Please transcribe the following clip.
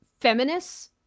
feminists